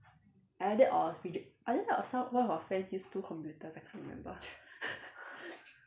either that or either that or some one of our friends use two computers I can't remember